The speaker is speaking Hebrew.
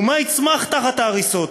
ומה יצמח תחת ההריסות?